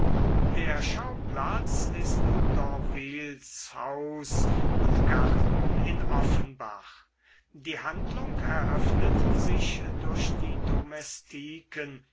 der schauplatz ist d'orvilles haus und garten in offenbach die handlung eröffnet sich durch die